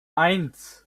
eins